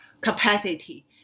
capacity